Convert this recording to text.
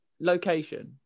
location